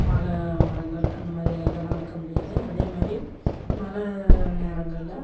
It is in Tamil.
வாழை மரங்கள் அந்தமாதிரி இதெல்லாம் வைக்க முடியாது அதேமாதிரி மழை நேரங்களில்